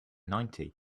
ninety